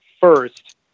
first